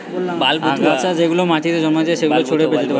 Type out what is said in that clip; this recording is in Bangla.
আগাছা যেগুলা মাটিতে জন্মাতিচে সেগুলা ছড়িয়ে যেতে পারছে